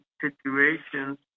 situations